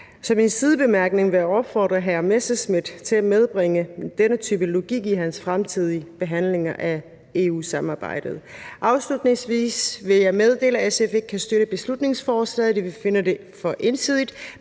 Så i en sidebemærkning vil jeg opfordre hr. Morten Messerschmidt til at medbringe denne type logik i fremtidige behandlinger af EU-samarbejdet. Afslutningsvis vil jeg meddele, at SF ikke kan støtte beslutningsforslaget, da vi finder det for ensidigt.